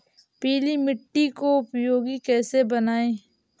पीली मिट्टी को उपयोगी कैसे बनाएँ?